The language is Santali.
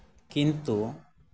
ᱠᱤᱱᱛᱩ